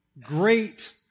great